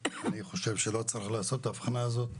אם היו שואלים אותי אני חושב שלא צריך לעשות את האבחנה הזאת,